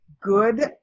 good